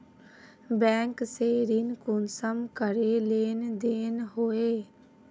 Bank से ऋण कुंसम करे लेन देन होए?